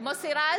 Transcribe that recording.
מוסי רז,